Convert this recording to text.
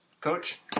Coach